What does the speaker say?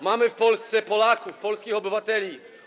Mamy w Polsce Polaków, polskich obywateli.